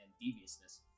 deviousness